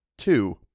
Two